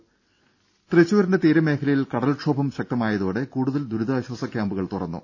ദ്ദേ തൃശൂരിന്റെ തീരമേഖലയിൽ കടൽക്ഷോഭം ശക്തമായതോടെ കൂടുതൽ ദുരിതാശ്വാസ ക്യാമ്പുകൾ തുറന്നു